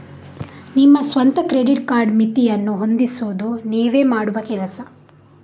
ನಿಮ್ಮ ಸ್ವಂತ credit card ಮಿತಿಯನ್ನ ಹೊಂದಿಸುದು ನೀವೇ ಮಾಡುವ ಕೆಲಸ